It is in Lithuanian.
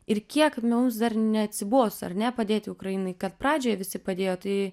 ir kiek mums dar neatsibos ar ne padėti ukrainai kad pradžioje visi padėjo tai